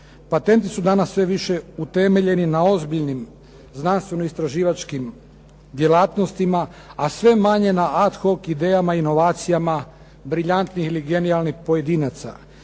Patenti su danas sve više utemeljeni na ozbiljnim znanstveno-istraživačkim djelatnostima, a sve manje na ad hoc idejama, inovacijama briljantnih ili genijalnih pojedinaca.